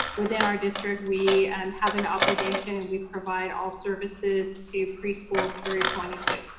within our district, we have an obligation and we provide all services to preschool through twenty two.